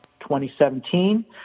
2017